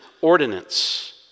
ordinance